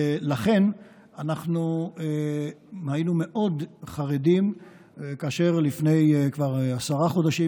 ולכן אנחנו היינו מאוד חרדים כאשר כבר לפני 10 חודשים,